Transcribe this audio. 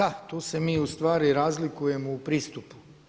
Da, tu se mi ustvari razlikujemo u pristupu.